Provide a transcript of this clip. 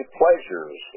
pleasures